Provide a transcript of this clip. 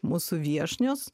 mūsų viešnios